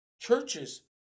churches